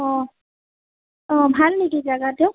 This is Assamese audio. অঁ অঁ ভাল নেকি জাগাটো